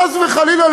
חס וחלילה,